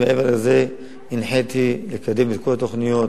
מעבר לזה הנחיתי לקדם את כל התוכניות,